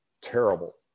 Terrible